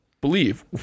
believe